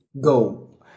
go